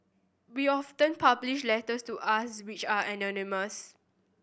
we often publish letters to us which are anonymous